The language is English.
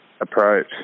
approach